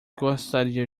gostaria